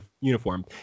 uniform